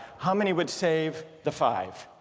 how many would save the five